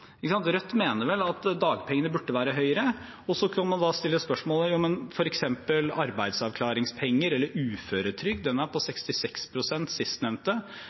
Rødt mener vel at dagpengene burde være høyere. Så kan man da stille spørsmålet om f.eks. arbeidsavklaringspenger eller uføretrygd, sistnevnte er på